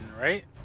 right